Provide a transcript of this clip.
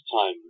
time